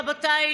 רבותיי,